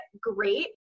great